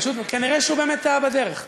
טעה בדרך.